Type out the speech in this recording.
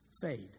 fade